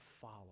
follow